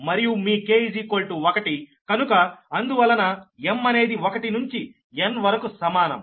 కనుక అందువలన m అనేది 1 నుంచి n వరకు సమానం